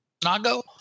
Nago